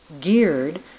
geared